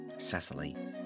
Cecily